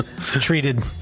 Treated